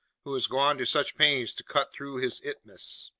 who has gone to such pains to cut through his isthmus!